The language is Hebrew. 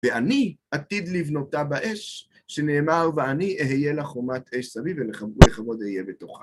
ואני עתיד לבנותה באש שנאמר ואני אהיה לחומת אש סביב ולכבוד אהיה בתוכן.